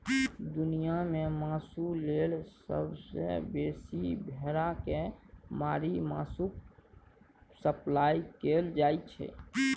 दुनियाँ मे मासु लेल सबसँ बेसी भेड़ा केँ मारि मासुक सप्लाई कएल जाइ छै